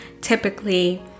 typically